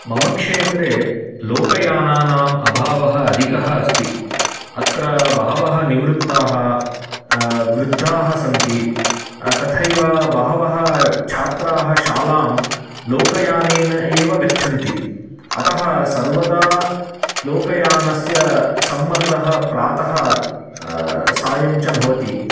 मम क्षेत्रे लोकयानानाम् अभावः अधिकः अस्ति अत्र बहवः निवृत्ताः वृद्धाः सन्ति तथैव बहवः छात्राः शालां लोकयानेन एव गच्छन्ति अतः सर्वदा लोकयानस्य सम्मर्दः प्रातः सायं च भवति